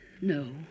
No